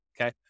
okay